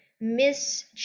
miss